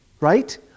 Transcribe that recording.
right